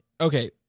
Okay